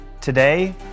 today